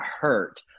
hurt